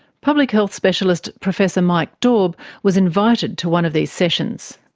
public health specialist professor mike daube was invited to one of these sessions.